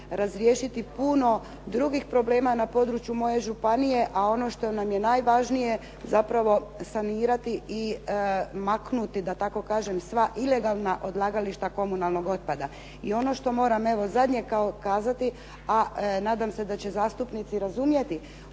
razriješiti puno drugih problema na području moje županije, a ono što nam je najvažnije zapravo sanirati i maknuti, da tako kažem, sva ilegalna odlagališta komunalnog otpada. I ono što moram evo zadnje kazati, a nadam se da će zastupnici razumjeti,